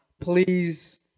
Please